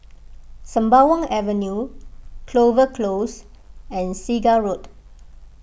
Sembawang Avenue Clover Close and Segar Road